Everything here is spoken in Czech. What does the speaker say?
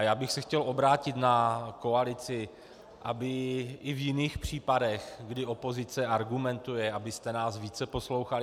Já bych se chtěl obrátit na koalici, aby i v jiných případech, kdy opozice argumentuje, abyste nás více poslouchali.